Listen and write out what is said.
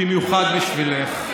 במיוחד בשבילך,